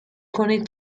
کنید